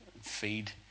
feed